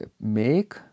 Make